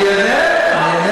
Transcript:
אני אענה.